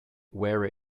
wear